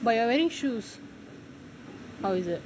but you are wearing shoes how is that